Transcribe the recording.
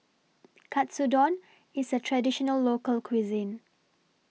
Katsudon IS A Traditional Local Cuisine